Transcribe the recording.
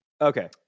Okay